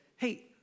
hey